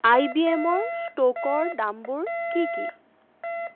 আই বি এমৰ ষ্ট'কৰ দামবোৰ কি কি